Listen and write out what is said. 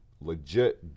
legit